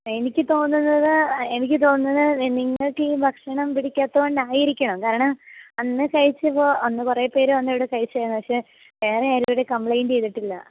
എനിക്ക് ഈ തോന്നുന്നത് എനിക്ക് ഈ തോന്നുന്നത് നിങ്ങൾക്ക് ഈ ഭക്ഷണം പിടിക്കാത്തത് കൊണ്ടായിരിക്കണം കാരണം അന്ന് കഴിച്ചപ്പോൾ അന്ന് കുറേപ്പേർ വന്നു ഇവിടെ കഴിച്ചതാണ് പക്ഷെ വേറെ ആരും ഇവിടെ കംപ്ലെയിൻറ്റ് ചെയ്തിട്ടില്ല